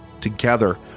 Together